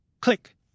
Click